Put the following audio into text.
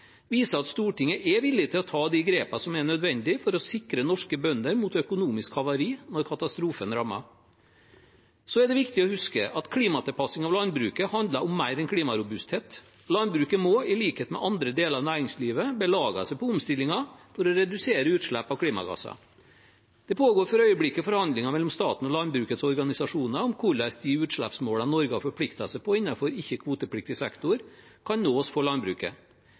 at Stortinget er villig til å ta de grepene som er nødvendig for å sikre norske bønder mot økonomisk havari når katastrofen rammer. Så er det viktig å huske at klimatilpasning av landbruket handler om mer enn klimarobusthet. Landbruket må i likhet med andre deler av næringslivet belage seg på omstillinger for å redusere utslipp av klimagasser. Det pågår for øyeblikket forhandlinger mellom staten og landbrukets organisasjoner om hvordan de utslippsmålene Norge har forpliktet seg på innenfor ikke-kvotepliktig sektor, kan nås for landbruket.